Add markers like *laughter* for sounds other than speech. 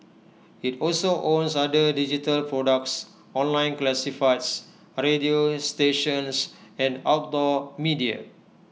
IT also owns other digital products online classifieds *noise* radio stations and outdoor media